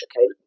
okay